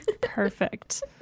perfect